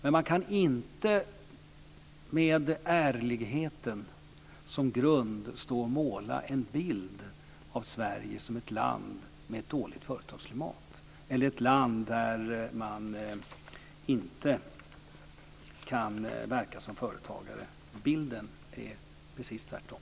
Men man kan inte med ärligheten som grund stå och måla en bild av Sverige som ett land med ett dåligt företagsklimat eller ett land där man inte kan verka som företagare. Bilden är precis tvärtom.